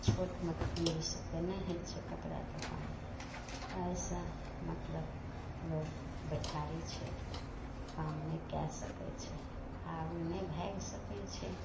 छोट मोट पूँजीसे तऽ नहि होइ छै कपड़ा दोकान एहिसे मतलब लोक बैठारी छै काम नहि कै सकै छै आगू नहि भागि सकै छै